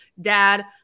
dad